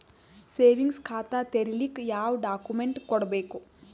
Savings ಖಾತಾ ತೇರಿಲಿಕ ಯಾವ ಡಾಕ್ಯುಮೆಂಟ್ ಕೊಡಬೇಕು?